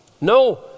No